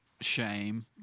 shame